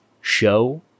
show